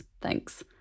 Thanks